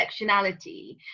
intersectionality